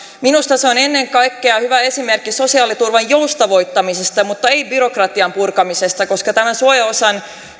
minusta se on ennen kaikkea hyvä esimerkki sosiaaliturvan joustavoittamisesta mutta ei byrokratian purkamisesta koska tämän suojaosan